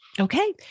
Okay